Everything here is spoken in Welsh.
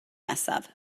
nesaf